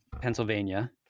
Pennsylvania